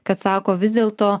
kad sako vis dėlto